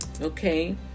Okay